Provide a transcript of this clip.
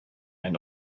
and